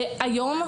היום,